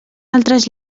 altres